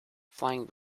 flying